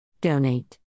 Donate